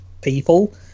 people